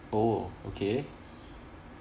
oh okay